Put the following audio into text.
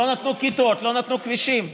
לא נתנו כיתות, לא נתנו כבישים.